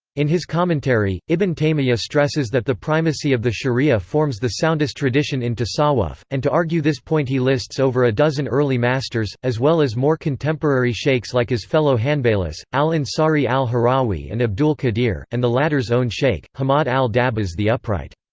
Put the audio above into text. in his commentary, ibn taymiyya stresses that the primacy of the sharia forms the soundest tradition in tasawwuf, and to argue this point he lists over a dozen early masters, as well as more contemporary shaykhs like his fellow hanbalis, al-ansari al-harawi and abdul-qadir, and the latter's own shaykh, hammad al-dabbas the upright.